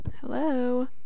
hello